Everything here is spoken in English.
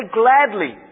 gladly